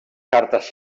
cartes